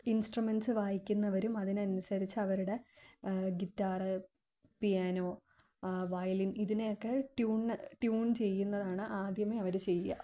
instruments വായിക്കുന്നവരും അതിനനുസരിച്ച് അവരുടെ ഗിറ്റാര് പിയാനോ വയലിൻ ഇതിനെയൊക്കെ ട്യൂണ് ട്യൂൺ ചെയ്യുന്നതാണ് ആദ്യമേ അവര് ചെയ്യുക